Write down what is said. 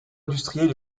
industriel